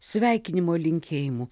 sveikinimo linkėjimų